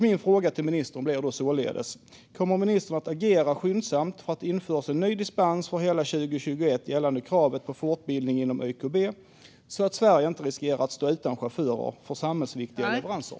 Min fråga blir således: Kommer ministern att agera skyndsamt för att det införs en ny dispens för hela 2021 vad gäller kravet på fortbildning inom YKB, så att Sverige inte riskerar att stå utan chaufförer för samhällsviktiga leveranser?